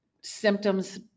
symptoms